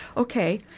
ok,